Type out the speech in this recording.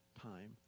time